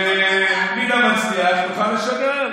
שרינה מצליח תוכל לשדר.